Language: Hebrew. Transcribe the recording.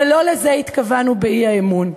שלא לזה התכוונו באי-אמון.